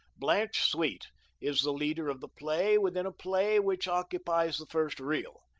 blanche sweet is the leader of the play within a play which occupies the first reel.